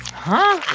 huh?